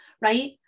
right